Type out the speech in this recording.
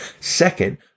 Second